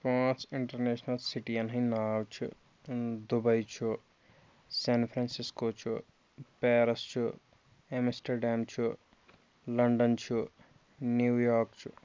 پانٛژھ اِنٹَرنیشنَل سِٹِیَن ہٕنٛدۍ ناو چھِ دُبے چھُ سین فرٛینسِسکو چھُ پیرس چھُ اٮ۪مِسٹَرڈیم چھُ لَنڈَن چھُ نِو یارک چھُ